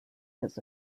his